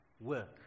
work